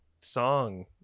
song